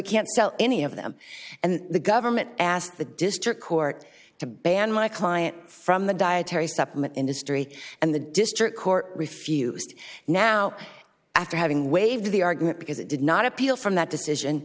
can't sell any of them and the government asked the district court to ban my client from the dietary supplement industry and the district court refused now after having waived the argument because it did not appeal from that decision